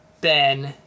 Ben